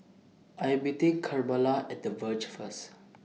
I Am meeting Carmella At The Verge First